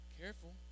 Careful